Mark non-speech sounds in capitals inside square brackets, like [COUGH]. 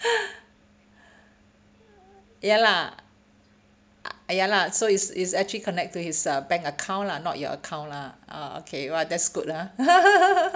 ya lah ya lah so it's it's actually connect to his uh bank account lah not your account lah orh okay !wah! that's good ah [LAUGHS]